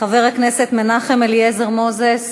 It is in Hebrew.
חבר הכנסת מנחם אליעזר מוזס.